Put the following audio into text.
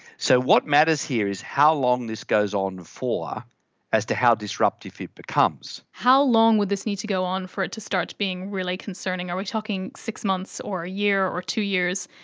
so what matters here is how long this goes on for as to how disruptive it becomes. how long would this need to go on for it to start being really concerning? are we talking six months or a year or two years?